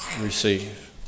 receive